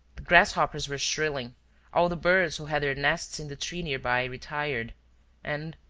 grasshoppers were shrilling all the birds who had their nests in the tree nearby retired and,